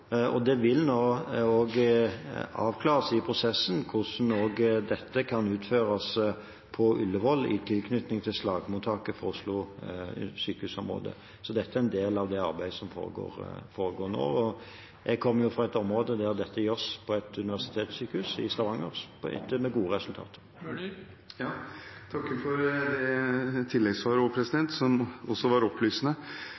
og det vil nå avklares i prosessen hvordan også dette kan utføres på Ullevål i tilknytning til slagmottaket for Oslo sykehusområde. Det er en del av det arbeidet som foregår nå. Jeg kommer jo fra et område der dette gjøres på et universitetssykehus, i Stavanger, med gode resultater. Jeg takker igjen for